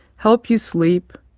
help you sleep,